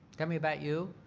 tell me about you.